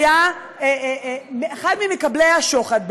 היה אחד ממקבלי השוחד,